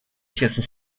тесно